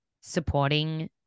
supporting